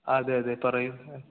അതെ അതെ പറയു